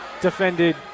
defended